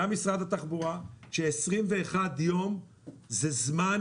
גם משרד התחבורה - ש-21 יום זה זמן